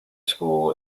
school